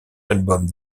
albums